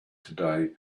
today